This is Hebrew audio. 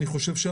לדעתי,